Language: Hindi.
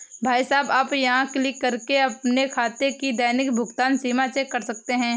भाई साहब आप यहाँ क्लिक करके अपने खाते की दैनिक भुगतान सीमा चेक कर सकते हैं